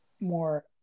more